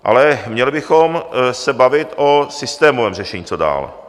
Ale měli bychom se bavit o systémovém řešení, co dál.